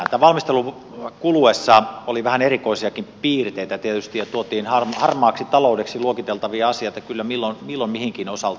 tämän valmistelun kuluessa oli vähän erikoisiakin piirteitä tietysti ja tuotiin harmaaksi taloudeksi luokiteltavia asioita kyllä milloin minkäkin osalta